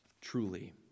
truly